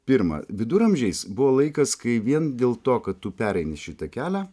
pirma viduramžiais buvo laikas kai vien dėl to kad tu pereini šitą kelią